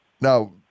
now